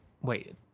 wait